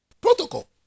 Protocol